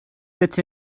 sit